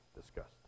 discussed